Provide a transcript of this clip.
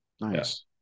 Nice